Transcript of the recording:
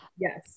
yes